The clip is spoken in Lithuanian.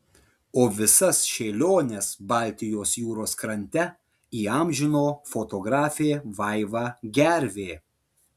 o visas šėliones baltijos jūros krante įamžino fotografė vaiva gervė